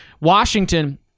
Washington